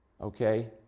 okay